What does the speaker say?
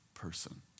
Person